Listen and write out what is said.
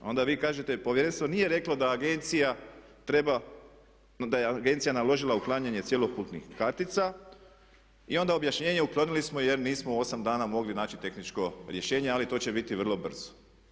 Onda vi kažete Povjerenstvo nije reklo da agencija treba, da je agencija naložila uklanjanje cjelokupnih kartica i onda objašnjenje uklonili smo jer nismo 8 dana mogli naći tehničko rješenje ali to će biti vrlo brzo.